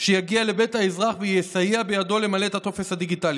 שיגיע לבית האזרח ויסייע בידו למלא את הטופס הדיגיטלי.